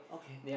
okay